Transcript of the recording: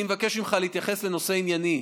אני מבקש ממך להתייחס לנושא ענייני.